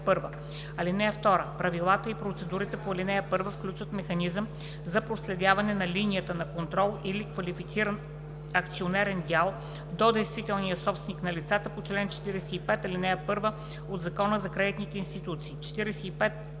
ал. 1. (2) Правилата и процедурите по ал. 1 включват механизъм за проследяване на линията на контрол или квалифициран акционерен дял до действителния собственик на лицата по чл. 45, ал. 1 от Закона за кредитните институции.